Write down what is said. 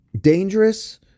dangerous